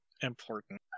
important